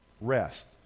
rest